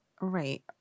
Right